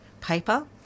paper